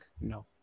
No